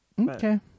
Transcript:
Okay